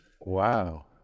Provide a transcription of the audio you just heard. Wow